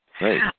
Right